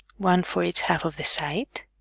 one for each half of the site